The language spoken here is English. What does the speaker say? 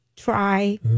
Try